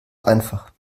einfach